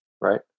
Right